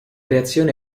reazione